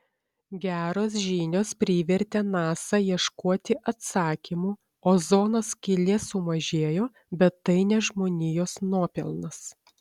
geros žinios privertė nasa ieškoti atsakymų ozono skylė sumažėjo bet tai ne žmonijos nuopelnas